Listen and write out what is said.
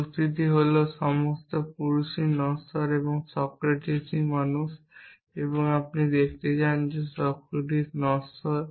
যুক্তিটি ছিল সমস্ত পুরুষই নশ্বর সক্রেটিকই মানুষ এবং আপনি দেখাতে চান যে সক্রেটিক নশ্বর